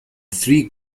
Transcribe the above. three